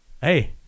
hey